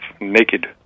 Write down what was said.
naked